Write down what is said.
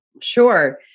Sure